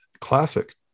Classic